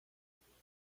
estudiar